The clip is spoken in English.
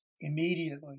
immediately